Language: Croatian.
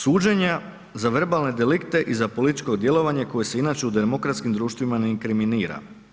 Suđenja za verbalne delikte i za političko djelovanje koje se inače u demokratskim društvima ne inkriminira.